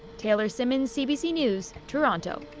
taylor simmons, cbc news, toronto.